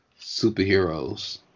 superheroes